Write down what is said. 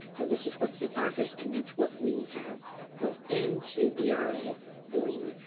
so this is what's in arcis, and that's what we have put into era for you.